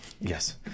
Yes